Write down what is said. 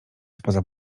spoza